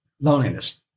loneliness